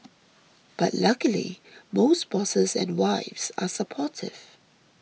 but luckily most bosses and wives are supportive